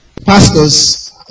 pastors